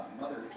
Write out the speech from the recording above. mother